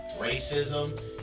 racism